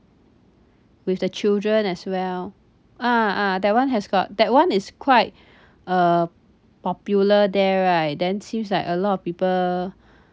with the children as well ah ah that one has got that one is quite uh popular there right then seems like a lot of people